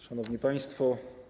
Szanowni Państwo!